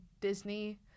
disney